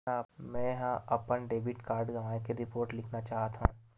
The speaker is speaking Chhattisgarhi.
मेंहा अपन डेबिट कार्ड गवाए के रिपोर्ट लिखना चाहत हव